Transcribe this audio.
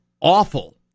awful